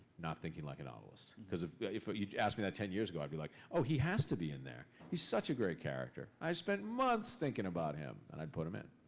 not thinking like a novelist. because if yeah if ah you'd asked me that ten years ago, i'd be like, oh, he has to be in there. he's such a great character. i spent months thinking about him, and i'd put him in.